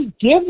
give